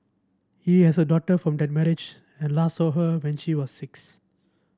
he has a daughter from that marriage and last saw her when she was six